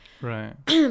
right